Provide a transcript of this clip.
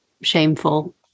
shameful